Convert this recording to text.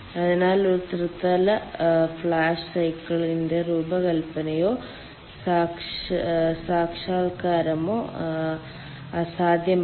അതിനാൽ ഒരു ത്രിതല ഫ്ലാഷ് സൈക്കിളിന്റെ രൂപകൽപ്പനയോ സാക്ഷാത്കാരമോ അസാധ്യമല്ല